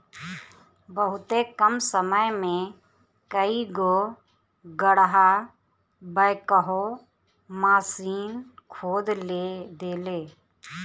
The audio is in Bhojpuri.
बहुते कम समय में कई गो गड़हा बैकहो माशीन खोद देले